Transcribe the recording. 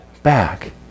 back